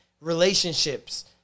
relationships